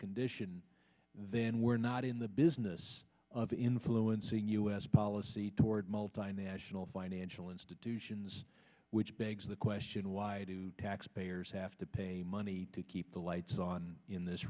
condition then we're not in the business of influencing u s policy toward multinational financial institutions which begs the question why do tax there's have to pay money to keep the lights on in this